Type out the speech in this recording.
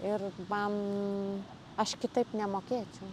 ir man aš kitaip nemokėčiau